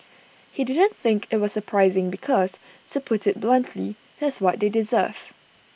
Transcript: he didn't think IT was surprising because to put IT bluntly that's what they deserve